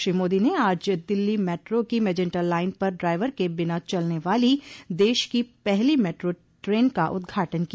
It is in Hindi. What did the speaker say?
श्री मोदी ने आज दिल्ली मेट्रो की मेजेंटा लाइन पर ड्राइवर के बिना चलने वाली देश की पहली मेट्रो ट्रेन का उद्घाटन किया